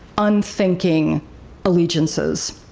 unthinking allegiances.